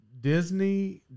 Disney